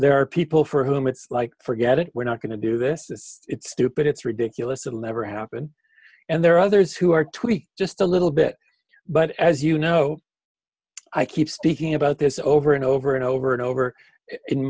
there are people for whom it's like forget it we're not going to do this it's stupid it's ridiculous it'll never happen and there are others who are tweak just a little bit but as you know i keep speaking about this over and over and over and over in